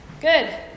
Good